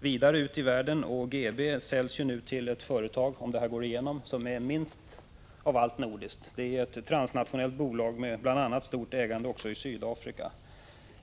vidare ut i världen, och GB säljs nu till ett företag — om köpet går igenom — som minst av allt är nordiskt. Unilever är ju ett transnationellt bolag med bl.a. stort ägande också i Sydafrika.